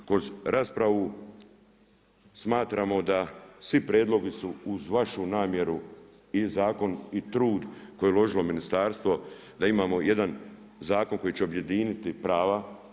Također kroz raspravu smatramo da svi prijedlozi su uz vašu namjeru i zakon i trud koji je uložilo ministarstvo da imamo jedan zakon koji će objediniti prava.